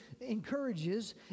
encourages